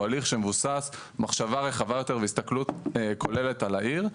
הוא הליך שמבוסס מחשבה רחבה יותר והסתכלות כוללת על העיר.